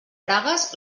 bragues